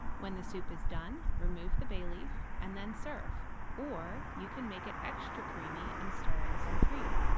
when the soup is done, remove the bay leaf and then serve or you can make it extra creamy and stir in some cream.